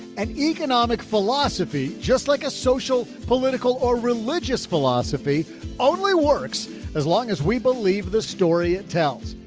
an economic philosophy, just like a social political or religious philosophy only works as long as we believe the story it tells.